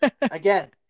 Again